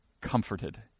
comforted